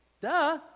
Duh